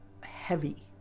heavy